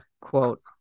quote